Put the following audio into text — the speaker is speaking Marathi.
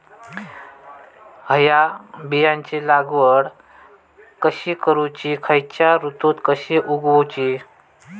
हया बियाची लागवड कशी करूची खैयच्य ऋतुत कशी उगउची?